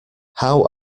how